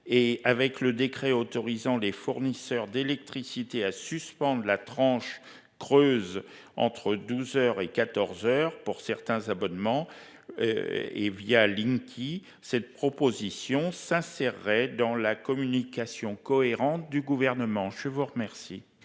et avec le décret autorisant les fournisseurs d'électricité à suspendre la tranche creuse entre 12h et 14h pour certains abonnements. Et via Linky. Cette proposition s'insérer dans la communication cohérente du gouvernement, je vous remercie.